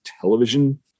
television